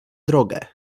drogę